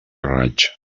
raig